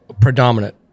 predominant